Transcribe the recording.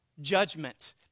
judgment